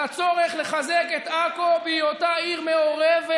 על הצורך לחזק את עכו בהיותה עיר מעורבת,